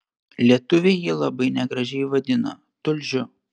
lietuviai jį labai negražiai vadina tulžiu